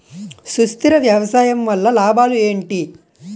సుస్థిర వ్యవసాయం వల్ల లాభాలు ఏంటి?